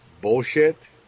bullshit